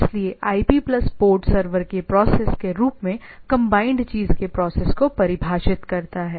इसलिएआईपी plus port server के process के रूप में कम्बाइन्ड चीज़ के प्रोसेस को परिभाषित करता है